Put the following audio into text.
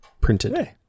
printed